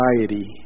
anxiety